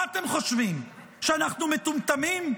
מה אתם חושבים, שאנחנו מטומטמים?